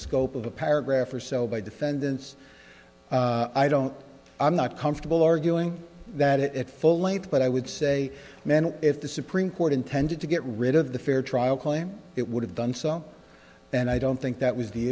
scope of a paragraph or so by defendants i don't i'm not comfortable arguing that it at full length but i would say men if the supreme court intended to get rid of the fair trial claim it would have done so and i don't think that was the